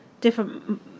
different